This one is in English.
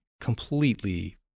completely